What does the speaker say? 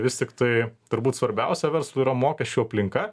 vis tiktai turbūt svarbiausia verslui yra mokesčių aplinka